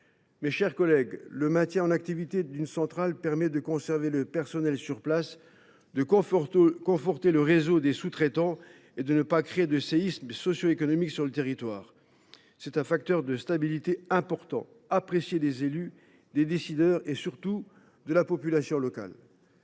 Mes chers collègues, le maintien en activité d’une centrale permet de conserver le personnel sur place, de conforter le réseau des sous traitants et de ne pas engendrer de séisme socio économique sur le territoire. C’est un important facteur de stabilité, apprécié des élus, des décideurs et, surtout, de la population locale.